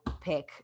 pick